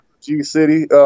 G-City